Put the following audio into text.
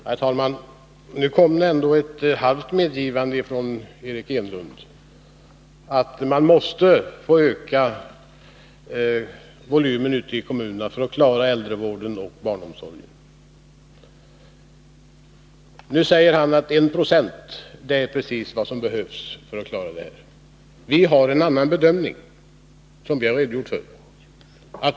Herr talman! Nu kom det ändå ett halvt medgivande från Eric Enlund att man måste få öka volymen ute i kommunerna för att klara äldrevården och barnomsorgen. Han sade att 1 96 ökning är precis vad som behövs för att klara detta. Vi har en annan bedömning, som vi har redogjort för.